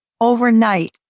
Overnight